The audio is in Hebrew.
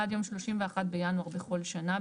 עד יום 31 בינואר בכל שנה,